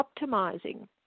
optimizing